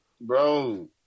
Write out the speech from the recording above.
Bro